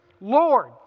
Lord